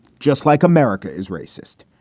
just like america is racist.